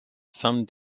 some